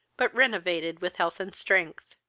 but renovated with health and strength.